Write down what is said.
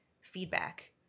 feedback